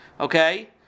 okay